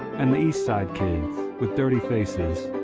and the east side kids, with dirty faces,